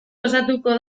osatuko